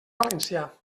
valencià